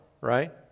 right